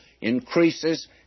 increases